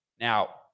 Now